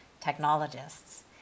technologists